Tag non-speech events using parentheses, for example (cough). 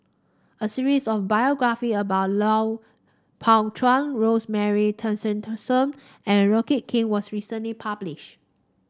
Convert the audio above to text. a series of biography about (unintelligible) Pao Chuen Rosemary (unintelligible) and rocket Kee was recently published